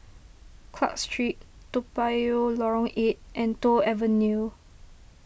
Clarke Street Toa Payoh Lorong eight and Toh Avenue